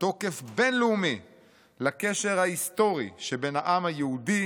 תוקף בין-לאומי לקשר ההיסטורי שבין העם היהודי